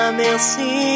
merci